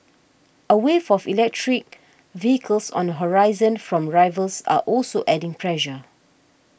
a wave of electric vehicles on the horizon from rivals are also adding pressure